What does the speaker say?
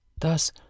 Thus